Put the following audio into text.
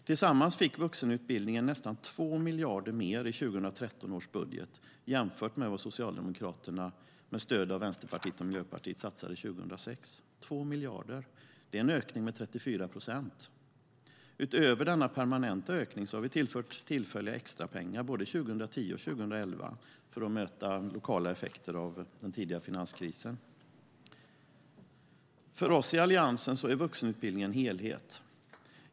Tillsammans fick vuxenutbildningen nästan 2 miljarder mer i 2013 års budget jämfört med vad Socialdemokraterna, med stöd av Vänsterpartiet och Miljöpartiet, satsade 2006. 2 miljarder är en ökning med 34 procent. Utöver denna permanenta ökning har vi tillfört tillfälliga extrapengar både 2010 och 2011 för att möta lokala effekter av den tidigare finanskrisen. För oss i Alliansen är vuxenutbildning en helhet.